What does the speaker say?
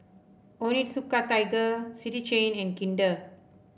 Onitsuka Tiger City Chain and Kinder